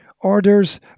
Orders